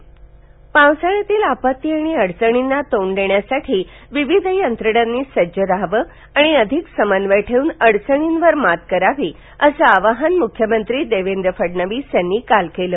मुख्यमंत्री पावसाळ्यातील आपत्ती आणि अडचणींना तोंड देण्यासाठी विविध यंत्रणांनी सज्ज राहावं आणि अधिक समन्वय ठेऊन अडचणींवर मात करावी असं आवाहन मुख्यमंत्री देवेंद्र फडणवीस यांनी काल केलं